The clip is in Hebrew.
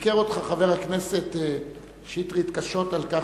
ביקר אותך חבר הכנסת שטרית קשות על כך